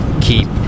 keep